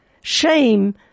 Shame